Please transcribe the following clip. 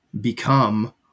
become